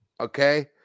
Okay